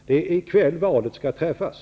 Det är i kväll valet skall träffas.